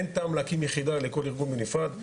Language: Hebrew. אין טעם להקים יחידה לכל ארגון בנפרד.